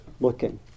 looking